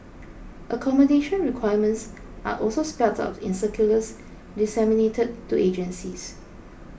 accommodation requirements are also spelt out in circulars disseminated to agencies